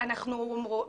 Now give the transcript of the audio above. בו.